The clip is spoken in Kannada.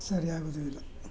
ಸರಿಯಾಗೋದು ಇಲ್ಲ